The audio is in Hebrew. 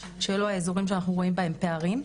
שאלו האזורים שאנחנו רואים בהם פערים.